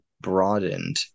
broadened